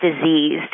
diseased